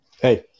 hey